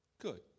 good